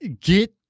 get